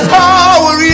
power